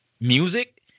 music